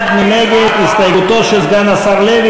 מי בעד ומי נגד הסתייגותו של סגן השר לוי?